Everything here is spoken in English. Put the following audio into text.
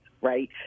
right